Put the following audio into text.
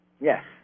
Yes